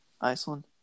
Iceland